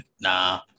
nah